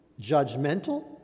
judgmental